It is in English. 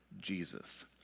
Jesus